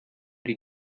die